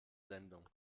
sendung